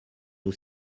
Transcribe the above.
nos